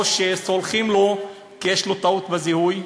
או שסולחים לו כי יש לו טעות בזיהוי?